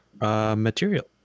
material